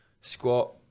squat